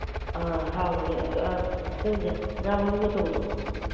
ꯑ ꯍꯥꯎꯕꯅꯦ ꯑꯗꯨ ꯍꯥꯞꯆꯟꯁꯦ ꯉꯥ ꯃꯔꯨꯝꯒ ꯇꯧꯕꯗꯣ